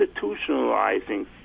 institutionalizing